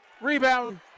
Rebound